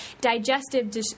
digestive